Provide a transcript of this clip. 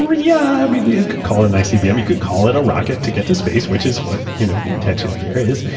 ah yeah ah could call it an icbm. you could call it a rocket to get to space which is what you know the intention here is.